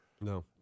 No